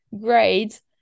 great